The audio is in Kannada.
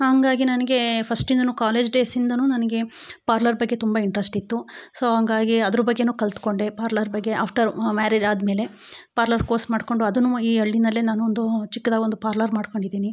ಹಂಗಾಗಿ ನನಗೆ ಫಸ್ಟಿಂದನು ಕಾಲೇಜ್ ಡೇಸ್ಯಿಂದನು ನನಗೆ ಪಾರ್ಲರ್ ಬಗ್ಗೆ ತುಂಬ ಇಂಟ್ರೆಸ್ಟ್ ಇತ್ತು ಸೊ ಹಂಗಾಗಿ ಅದ್ರ ಬಗ್ಗೆನೂ ಕಲ್ತು ಕೊಂಡೆ ಪಾರ್ಲರ್ ಬಗ್ಗೆ ಆಫ್ಟರ್ ಮ್ಯಾರೇಜ್ ಆದಮೇಲೆ ಪಾರ್ಲರ್ ಕೋರ್ಸ್ ಮಾಡಿಕೊಂಡು ಅದನ್ನು ಈ ಹಳ್ಳಿನಲ್ಲೇ ನಾನೊಂದು ಚಿಕ್ದಾಗಿ ಒಂದು ಪಾರ್ಲರ್ ಮಾಡ್ಕೊಂಡಿದ್ದೀನಿ